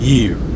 Year